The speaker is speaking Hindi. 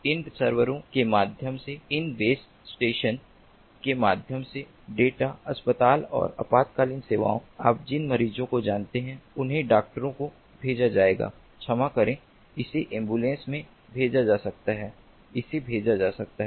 इन सर्वरों के माध्यम से इन बेस स्टेशन के माध्यम से डेटा अस्पताल और आपातकालीन सेवाओं आप जिन मरीज़ों को जानते हैं उन्हें डॉक्टरों को भेजा जाएगा क्षमा करे इसे एम्बुलेंस में भेजा जा सकता है इसे भेजा जा सकता है